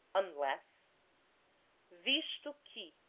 unless visto que,